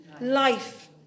Life